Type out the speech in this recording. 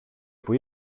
που